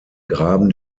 graben